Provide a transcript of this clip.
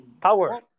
power